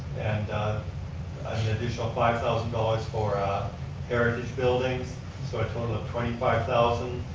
and an additional five thousand dollars for heritage buildings, so a total of twenty five thousand,